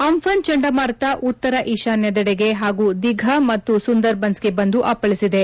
Amphan ಚಂಡಮಾರುತ ಉತ್ತರ ಈಶಾನ್ಯದೆಡೆಗೆ ಹಾಗೂ ದಿಘ ಮತ್ತು ಸುಂದರ್ಬನ್ನ್ಗೆ ಬಂದು ಅಪ್ಪಳಿಸಿದೆ